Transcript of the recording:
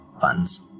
funds